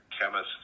chemists